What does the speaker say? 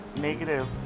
negative